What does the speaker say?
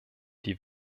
die